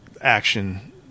action